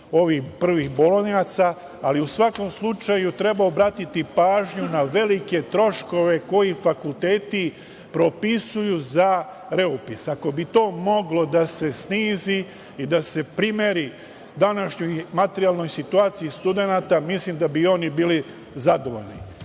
i ovih bolonjaca, ali u svakom slučaju treba obratiti pažnju na velike troškove koji fakulteti propisuju za reupis. Ako bi to moglo da se snizi, da se primeri današnjoj materijalnoj situaciji studenata mislim da bi oni bili zadovoljni. Poslanička